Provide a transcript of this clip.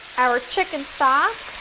our chicken stock